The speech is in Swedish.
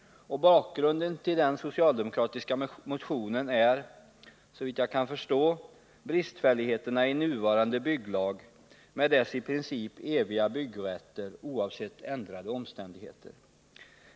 Bakgrunden till den socialdemokratiska motionen är såvitt jag kan förstå bristfälligheterna i nuvarande bygglag med dess i princip eviga byggrätter oavsett ändrade omständigheter.